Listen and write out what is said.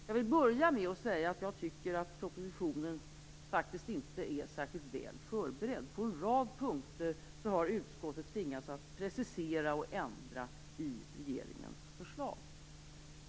Jag vill börja med att säga att jag tycker att propositionen inte är särskilt väl förberedd. På en rad punkter har utskottet tvingats precisera och ändra i regeringens förslag.